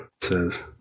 says